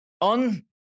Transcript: on